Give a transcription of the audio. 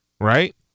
Right